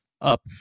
up